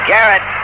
Garrett